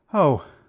oh!